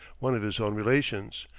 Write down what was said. one of his own relations,